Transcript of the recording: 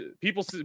People